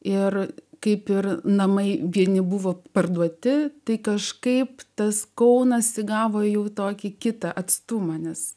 ir kaip ir namai vieni buvo parduoti tai kažkaip tas kaunas įgavo jau tokį kitą atstumą nes